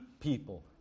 people